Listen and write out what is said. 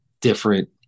different